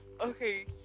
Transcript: Okay